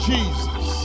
Jesus